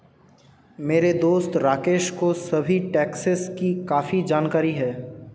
मेरे दोस्त राकेश को सभी टैक्सेस की काफी जानकारी है